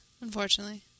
Unfortunately